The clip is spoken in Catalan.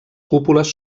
cúpules